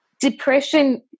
Depression